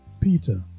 Peter